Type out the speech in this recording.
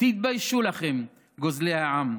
תתביישו לכם, גוזלי העם.